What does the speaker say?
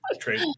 Trade